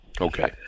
Okay